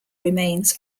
remains